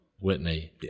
Whitney